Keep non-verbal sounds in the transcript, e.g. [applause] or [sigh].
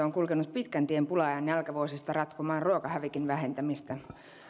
[unintelligible] on kulkenut pitkän tien pula ajan nälkävuosista ratkomaan ruokahävikin vähentämistä